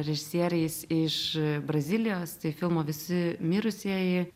režisieriais iš brazilijos tai filmo visi mirusieji